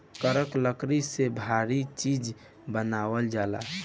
करक लकड़ी से भारी चीज़ बनावल जाला